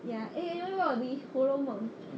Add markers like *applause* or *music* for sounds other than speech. ya *noise* 红楼梦